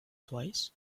twice